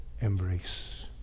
embrace